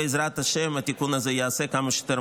בעזרת השם התיקון הזה ייעשה כמה שיותר